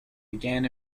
began